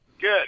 Good